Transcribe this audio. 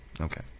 Okay